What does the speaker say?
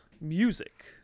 music